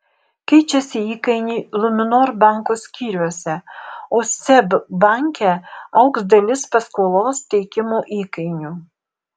keičiasi įkainiai luminor banko skyriuose o seb banke augs dalis paskolos teikimo įkainių